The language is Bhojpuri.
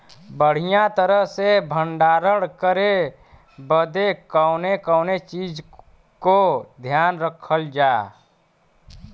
बढ़ियां तरह से भण्डारण करे बदे कवने कवने चीज़ को ध्यान रखल जा?